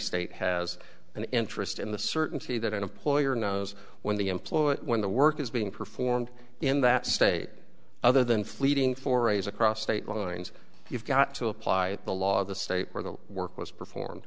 state has an interest in the certainty that an employer knows when the employer when the work is being performed in that state other than fleeting forays across state lines you've got to apply the law of the state where the work was performed